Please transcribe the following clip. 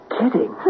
kidding